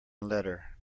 letter